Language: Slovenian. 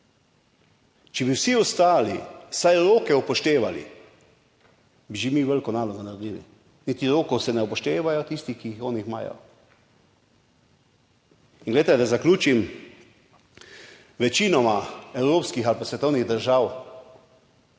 Če bi vsi ostali vsaj roke upoštevali, bi že mi veliko nalogo naredili. Niti rokov se ne upošteva tistih, ki jih oni imajo. In glejte, da zaključim. Večinoma evropskih ali pa svetovnih držav,